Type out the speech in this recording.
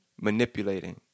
manipulating